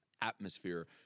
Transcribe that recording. atmosphere